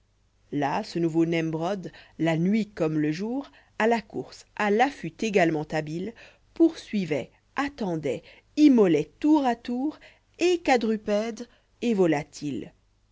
là ce nouveau nembrod la nuit comme le jour a la course à l'affût également habile poursuivoit attendoit immoloit tour à tour et quadrupède et volatile